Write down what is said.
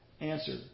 answer